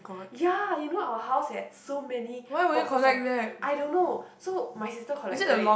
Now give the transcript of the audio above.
ya you know our house had so many boxes of I don't know so my sister collected it